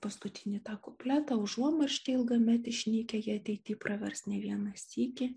paskutinį tą kupletą užuomarša ilgamet išnykę jie ateity pravers ne vieną sykį